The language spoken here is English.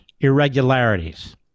irregularities